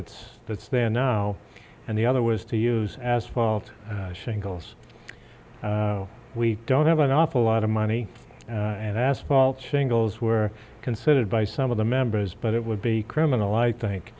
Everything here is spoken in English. that's that's there now and the other was to use asphalt shingles we don't have an awful lot of money and asphalt shingles were considered by some of the members but it would be criminal i think